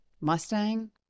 Mustang